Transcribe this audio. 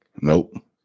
Nope